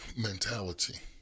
mentality